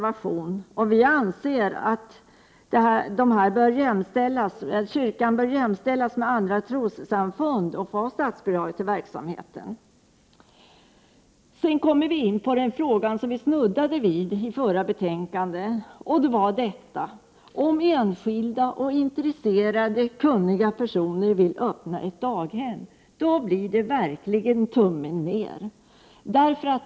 Vi anser att kyrkan bör jämställas med andra trossamfund och därmed få statsbidrag till sin förskoleverksamhet. När vi diskuterade socialutskottets betänkande 17 snuddade vi vid det förhållandet att om enskilda, intresserade och kunniga personer vill öppna ett daghem, så blir det verkligen tummen ner.